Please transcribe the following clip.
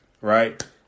right